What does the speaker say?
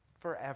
forever